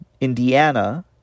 Indiana